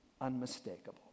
unmistakable